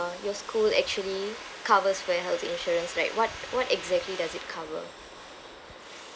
your school actually covers for your health insurance like what what exactly does it cover